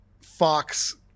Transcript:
Fox